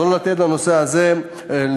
ולא לתת לנושא הזה להתפתח.